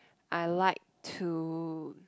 I like to